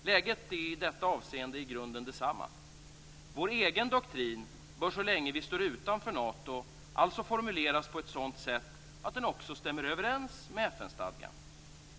Läget är i detta avseende i grunden detsamma. Vår egen doktrin bör så länge vi står utanför Nato alltså formuleras på ett sådant sätt att den också stämmer överens med FN-stadgan.